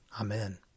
Amen